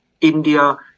India